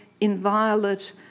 inviolate